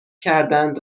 کردند